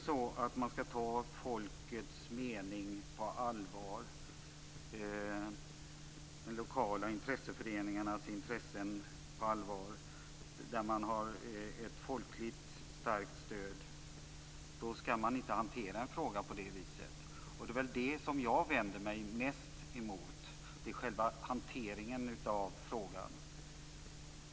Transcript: Skall man ta folkets mening på allvar, de lokala intresseföreningarnas intressen på allvar, där det finns ett starkt folkligt stöd, skall man inte hantera en fråga på det viset. Det är det som jag vänder mig mest emot. Jag vänder mig emot själva hanteringen av frågan.